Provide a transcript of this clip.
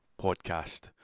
podcast